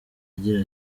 agira